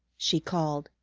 she called,